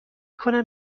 کنم